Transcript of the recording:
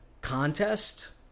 contest